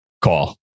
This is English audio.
call